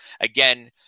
again